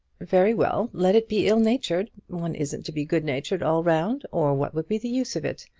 very well. let it be ill-natured. one isn't to be good-natured all round, or what would be the use of it?